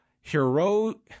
hero